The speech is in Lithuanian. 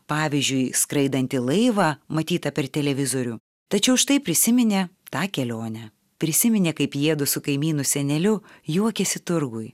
pavyzdžiui skraidantį laivą matytą per televizorių tačiau štai prisiminė tą kelionę prisiminė kaip jiedu su kaimynu seneliu juokėsi turguj